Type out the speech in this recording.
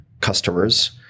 customers